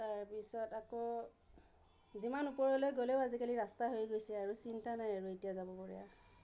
তাৰ পিছত আকৌ যিমান ওপৰলৈ গ'লেও আজিকালি ৰাস্তা হৈয়ে গৈছে আৰু চিন্তা নাই আৰু এতিয়া যাব বঢ়িয়া